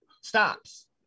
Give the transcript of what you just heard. stops